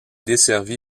desservi